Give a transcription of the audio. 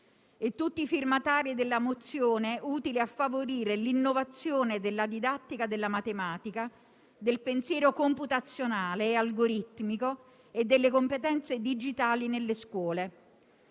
e tutti i firmatari della mozione, utile a favorire l'innovazione della didattica della matematica, del pensiero computazionale e algoritmico e delle competenze digitali nelle scuole.